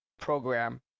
program